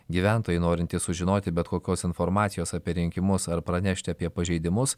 gyventojai norintys sužinoti bet kokios informacijos apie rinkimus ar pranešti apie pažeidimus